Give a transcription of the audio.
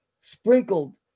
sprinkled